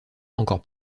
encore